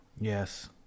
Yes